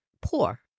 Poor